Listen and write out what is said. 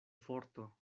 forto